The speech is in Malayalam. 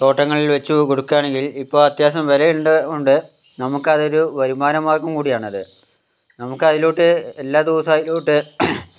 തോട്ടങ്ങളിൽ വച്ച് കൊടുക്കുവാണെങ്കിൽ ഇപ്പം അത്യാവശ്യം വില ഉള്ളത് കൊണ്ട് നമുക്കതൊരു വരുമാന മാർഗ്ഗം കൂടിയാണത് നമ്മുക്കതിലോട്ട് എല്ലാ ദിവസവും അതിലോട്ട്